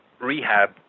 rehab